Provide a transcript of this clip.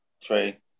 Trey